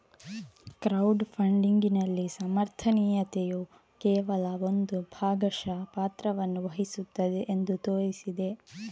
crowd ಫಂಡಿಗಿನಲ್ಲಿ ಸಮರ್ಥನೀಯತೆಯು ಕೇವಲ ಒಂದು ಭಾಗಶಃ ಪಾತ್ರವನ್ನು ವಹಿಸುತ್ತದೆ ಎಂದು ತೋರಿಸಿದೆ